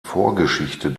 vorgeschichte